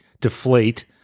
deflate